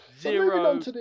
Zero